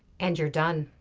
and you're done.